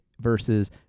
versus